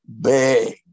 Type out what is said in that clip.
Big